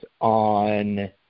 on